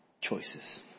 Choices